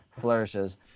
flourishes